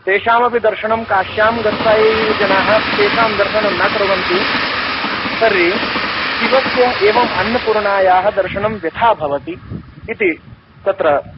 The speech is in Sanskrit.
तेषामपि दर्शनं काश्यां गत्वा ये ये जनाः तेषां दर्शनं न कुर्वन्ति तर्हि शिवस्य एवम् अन्नपूर्णायाः दर्शनं वृथा भवति इति तत्र